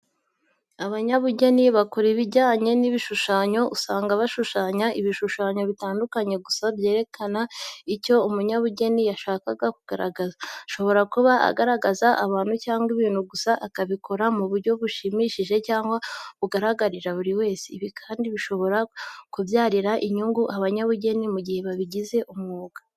Abanyabugeni bakora ibijyanye n'ibishushanyo, usanga bashushanya ibishushanyo bitandukanye gusa byerekana icyo umunyabugeni yashakaga kugaragaza, ashobora kuba agaragaza abantu cyangwa ibintu gusa akabikora mu buryo bujimije cyangwa bugaragarira buri wese. Ibi kandi bishobora kubyarira inyungu abanyabugeni mu gihe babigize umwuga.